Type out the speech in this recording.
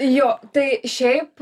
jo tai šiaip